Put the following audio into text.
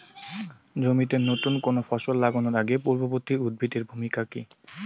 জমিতে নুতন কোনো ফসল লাগানোর আগে পূর্ববর্তী উদ্ভিদ এর ভূমিকা কি?